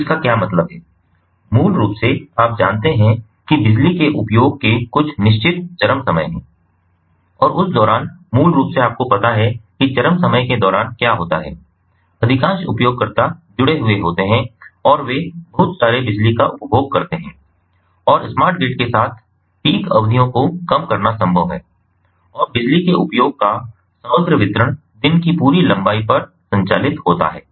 तो इसका क्या मतलब है मूल रूप से आप जानते हैं कि बिजली के उपयोग के कुछ निश्चित चरम समय हैं और उस दौरान मूल रूप से आपको पता है कि चरम समय के दौरान क्या होता है अधिकांश उपयोगकर्ता जुड़े हुए होते है और वे बहुत सारे बिजली का उपभोग करते हैं और स्मार्ट ग्रिड के साथ पीक अवधियों को कम करना संभव है और बिजली के उपयोग का समग्र वितरण दिन की पूरी लंबाई पर संचालित होता है